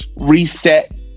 Reset